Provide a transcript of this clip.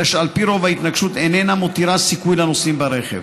אלא שעל פי רוב ההתנגשות אינה מותירה סיכוי לנוסעים ברכב.